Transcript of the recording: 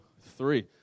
three